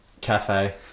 Cafe